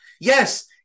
Yes